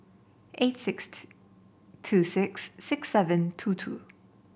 eight six two six six seven two two